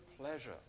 pleasure